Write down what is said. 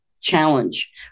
challenge